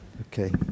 Okay